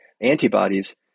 antibodies